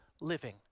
living